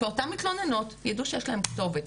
כי אותן מתלוננות יידעו שיש להן כתובת,